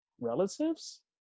relatives